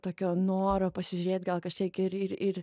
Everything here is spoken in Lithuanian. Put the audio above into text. tokio noro pasižiūrėt gal kažkiek ir ir ir